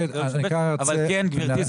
גברתי,